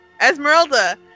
Esmeralda